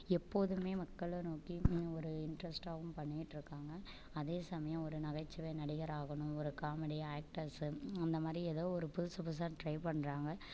எப்போதுமே மக்கள நோக்கி ஒரு இன்ட்ரஸ்டாகவும் பண்ணிட்டுருக்காங்க அதே சமயம் ஒரு நகைச்சுவை நடிகர் ஆகணும் ஒரு காமெடி ஆக்டர்ஸ்ஸு அந்த மாதிரி எதோ ஒரு புதுசு புதுசாக ட்ரை பண்ணுறாங்க